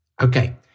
Okay